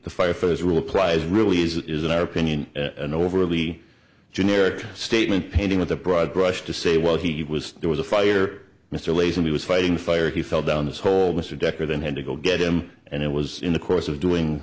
the fire first rule applies really as it is in our opinion an overly generic statement painting with a broad brush to say well he was there was a fire mr lay's and he was fighting fire he fell down the hole mr decker then had to go get him and it was in the course of doing